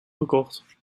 gekocht